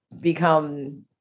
become